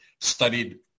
studied